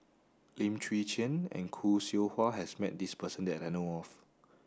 Lim Chwee Chian and Khoo Seow Hwa has met this person that I know of